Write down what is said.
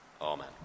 Amen